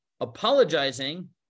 apologizing